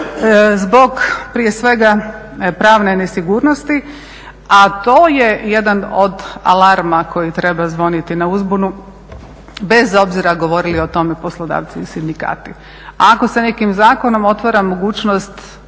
zbog prije svega pravne nesigurnosti a to je jedan od alarma koji treba zvoniti na uzbunu bez obzira govorili o tome poslodavci i sindikati. Ako se nekim zakonom otvara mogućnost